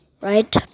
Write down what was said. right